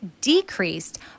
decreased